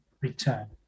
return